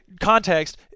context